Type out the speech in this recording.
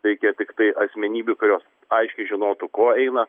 reikia tiktai asmenybių kurios aiškiai žinotų ko eina